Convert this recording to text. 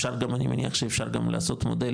אני מניח שאפשר לעשות מודל,